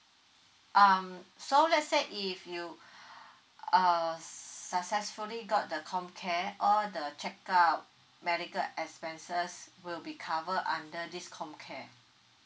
um so let's say if you uh successfully got the comm care all the check up medical expenses will be covered under this comm care